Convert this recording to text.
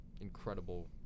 incredible